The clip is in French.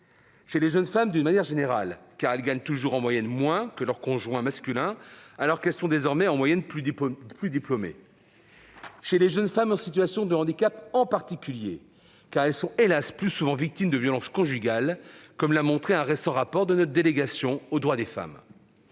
Chez les jeunes femmes d'une manière générale, car elles gagnent toujours moins, en moyenne, que leur conjoint masculin, alors que désormais elles sont, en moyenne là aussi, plus diplômées. Chez les jeunes femmes en situation de handicap en particulier, car elles sont- hélas ! -plus souvent victimes de violences conjugales, comme l'a montré un récent rapport de notre délégation aux droits des femmes.